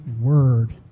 word